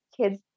kids